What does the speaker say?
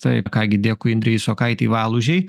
taip ką gi dėkui indrei isokaitei valužei